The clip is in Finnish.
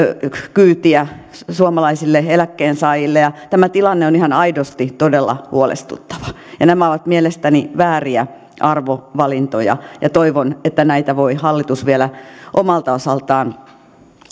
kyytiä suomalaisille eläkkeensaajille tämä tilanne on ihan aidosti todella huolestuttava ja nämä ovat mielestäni vääriä arvovalintoja toivon että näitä voi hallitus vielä omalta osaltaan